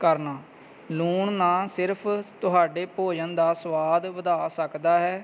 ਕਰਨਾ ਲੂਣ ਨਾ ਸਿਰਫ ਤੁਹਾਡੇ ਭੋਜਨ ਦਾ ਸਵਾਦ ਵਧਾ ਸਕਦਾ ਹੈ